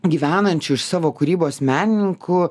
gyvenančiu iš savo kūrybos menininku